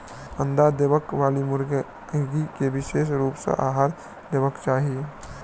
अंडा देबयबाली मुर्गी के विशेष रूप सॅ आहार देबाक चाही